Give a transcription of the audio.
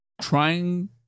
trying